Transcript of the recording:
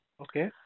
Okay